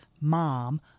mom